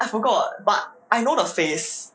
I forgot but I know the face